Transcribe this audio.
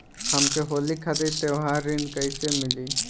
हमके होली खातिर त्योहारी ऋण कइसे मीली?